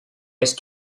ice